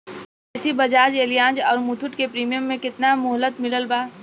LIC Bajaj Allianz आउर मुथूट के premium के केतना मुहलत मिलल बा?